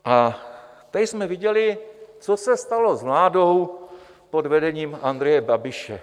A tady jsme viděli, co se stalo s vládou pod vedením Andreje Babiše.